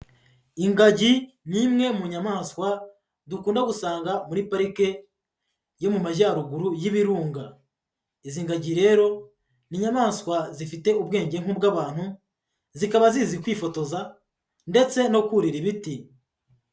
Ingagi ni imwe mu nyamaswa dukunda gusanga muri parike yo mu majyaruguru y'ibirunga, izi ngagi rero ni inyamaswa zifite ubwenge nk'ubw'abantu zikaba zizi kwifotoza ndetse no kurira ibiti.